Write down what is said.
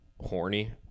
horny